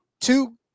two